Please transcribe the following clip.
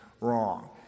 wrong